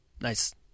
Nice